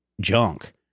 junk